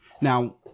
Now